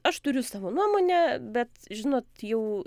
aš turiu savo nuomonę bet žinot jau